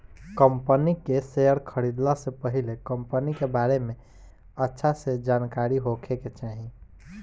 company के share खरीदला से पहिले कंपनी के बारे में अच्छा से जानकारी होखे के चाही